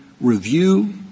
review